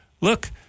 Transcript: look